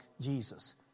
Jesus